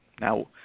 Now